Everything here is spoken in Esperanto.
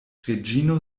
reĝino